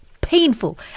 painful